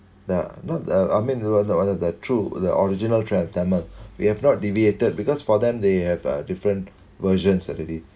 the not uh I mean the true the original tram tamil we have not deviated because for them they have a different version certainly